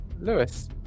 Lewis